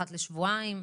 אחת לשבועיים,